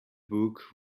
book